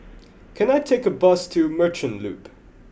can I take a bus to Merchant Loop